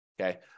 okay